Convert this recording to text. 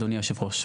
אדוני יושב הראש,